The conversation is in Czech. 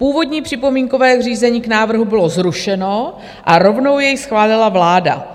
Původní připomínkové řízení k návrhu bylo zrušeno a rovnou jej schválila vláda.